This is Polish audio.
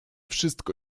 wszystko